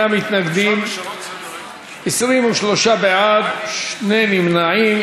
48 מתנגדים, 23 בעד, שני נמנעים.